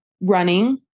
running